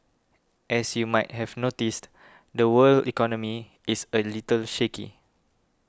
as you might have noticed the world economy is a little shaky